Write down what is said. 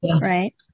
right